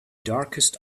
darkest